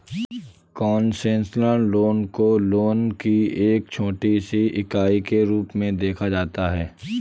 concessional loan को loan की एक छोटी सी इकाई के रूप में देखा जाता है